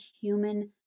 human